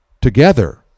together